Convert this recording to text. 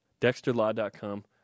DexterLaw.com